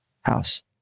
house